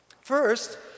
First